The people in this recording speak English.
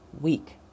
week